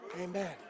Amen